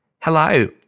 hello